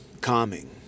calming